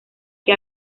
que